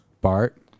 Bart